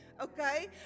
okay